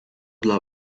dla